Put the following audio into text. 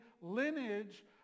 lineage